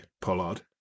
Pollard